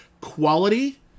quality